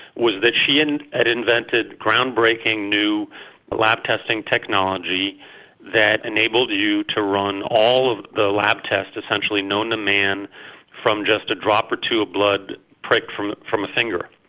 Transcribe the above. was that she and had invented groundbreaking new lab testing technology that enabled you to run all of the lab tests essentially known to man from just a drop or two of blood pricked from from a finger.